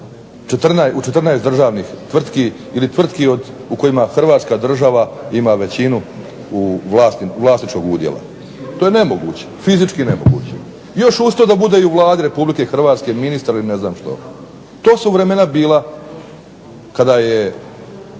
u 14 državnih tvrtki ili tvrtki u kojima Hrvatska država ima većinu u vlasničkog udjela, to je fizički nemoguće. Još uz to da bude i u Vladi Republike Hrvatske ministar ili ne znam što. To su vremena bila kada je